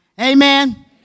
Amen